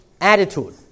attitude